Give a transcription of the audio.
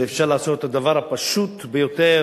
כשאפשר לעשות את הדבר הפשוט ביותר,